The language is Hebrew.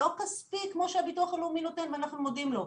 לא כספי כמו שהביטוח הלאומי נותן ואנחנו מודים לו,